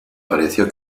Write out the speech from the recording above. pareció